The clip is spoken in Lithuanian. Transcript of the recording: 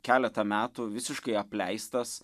keletą metų visiškai apleistas